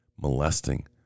molesting